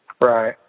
Right